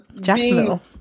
Jacksonville